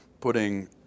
putting